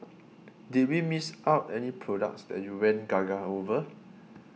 did we miss out any products that you went gaga over